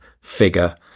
figure